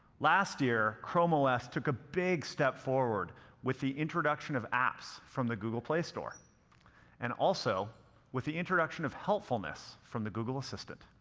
last year, chrome os took a big step forward with the introduction of apps from the google play store and also with the introduction of helpfulness from the google assistant.